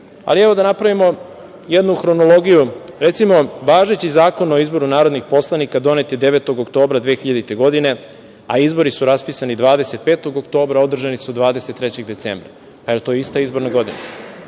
5%.Ali, evo, da napravimo jednu hronologiju. Recimo, važeći Zakon o izboru narodnih poslanika donet je 9. oktobra 2000. godine, a izbori su raspisani 25. oktobra, održani su 23. decembra. Da li je to ista izborna godina?